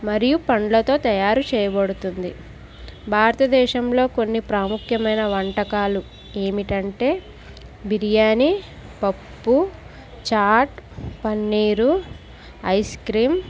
మరియు పళ్ళతో తయారు చేయబడుతుంది భారతదేశంలో కొన్ని ప్రాముఖ్యమైన వంటకాలు ఏంటంటే బిర్యానీ పప్పు చాట్ పన్నీరు ఐస్ క్రీమ్